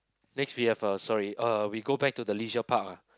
next we have a sorry uh we go back to the leisure park ah